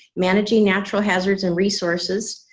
managing natural hazards and resources,